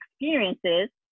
experiences